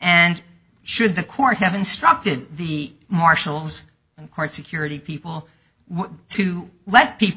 and should the court have instructed the marshals and court security people to let people